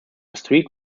street